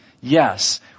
Yes